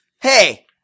Hey